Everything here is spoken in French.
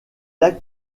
lacs